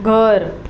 घर